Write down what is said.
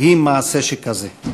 היא מעשה שכזה".